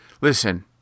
listen